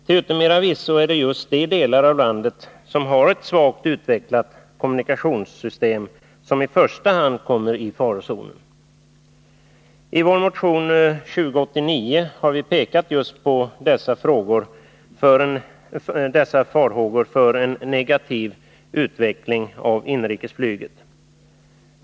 Till yttermera visso är det just de delar av landet som har ett svagt utvecklat kommunikationssystem som i första hand kommer i farozonen. I vår motion 2089 har vi pekat just på dessa farhågor för en negativ utveckling av inrikesflyget.